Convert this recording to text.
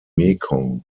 mekong